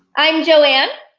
i'm joanne,